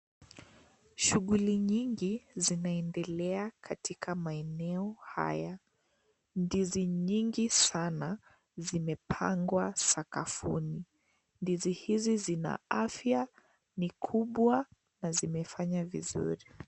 Shughuli nyingi zinaendelea katika maeneo haya. Ndizi nyingi sana zimepangwa sakafuni, ndizi hizi zina afya, ni kubwa na zimefanaya vizuri.